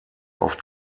auf